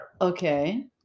Okay